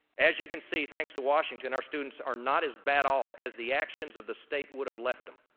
as you can see, thanks to washington our students are not as bad off as the actions of the state would have left them.